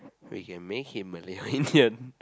we can make him Malay or Indian